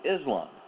islam